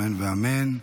אמן ואמן.